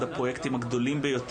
יובל,